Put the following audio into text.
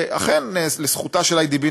שאכן, לזכותה של איי.די.בי.